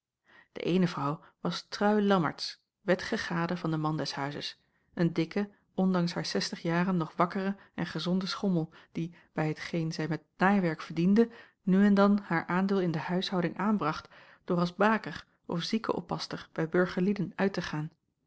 de eene vrouw was trui lammertsz wettige gade van den man des huizes een dikke ondanks haar zestig jaren nog wakkere en gezonde schommel die bij hetgeen zij met naaiwerk verdiende nu en dan haar aandeel in de huishouding aanbracht door als baker of ziekeoppaster bij burgerlieden uit te gaan